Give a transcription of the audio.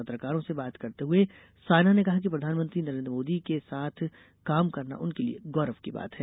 पत्रकारों से बात करते हुए सायना ने कहा कि प्रधानमंत्री नरेन्द्र मोदी के साथ काम करना उनके लिए गौरव की बात है